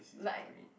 like